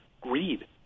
greed